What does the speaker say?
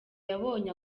yabonye